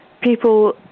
People